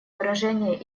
выраженные